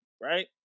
Right